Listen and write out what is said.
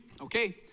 Okay